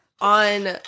on